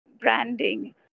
branding